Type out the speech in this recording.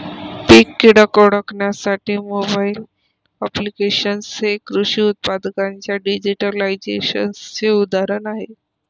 पीक कीटक ओळखण्यासाठी mobile applications हे कृषी उत्पादनांच्या डिजिटलायझेशनचे उदाहरण आहे